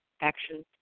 actions